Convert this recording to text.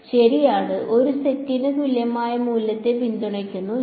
ശരിയാണ് ഒരു സെറ്റിന് തുല്യമായ മൂല്യത്തെ പിന്തുണയ്ക്കുന്നു ശരി